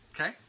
Okay